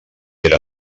era